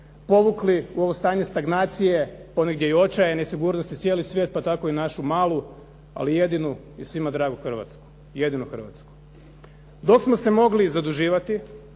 povukli u ovo stanje stagnacije ponegdje i očaja i nesigurnosti cijeli svijet pa tako i našu malu ali jedinu i svima dragu Hrvatsku, jedinu Hrvatsku. Dok smo se mogli zaduživati